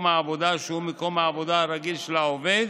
העבודה שהוא מקום העבודה הרגיל של העובד